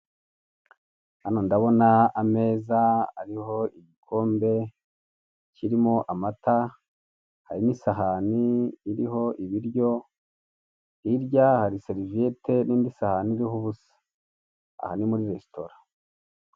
Hando ndabona ameza ariho igikombe kirimo amata, harimo isahani iriho ibiryo, hirya hari seriviyete n'indi sahani iriho ubusa, aha ni muri resitora.